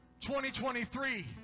2023